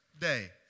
Day